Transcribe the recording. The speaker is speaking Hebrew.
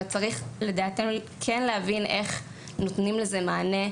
וצריך להבין איך נותנים לזה מענה,